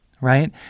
right